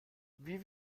wie